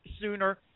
sooner